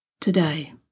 today